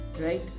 right